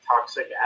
toxic